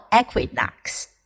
equinox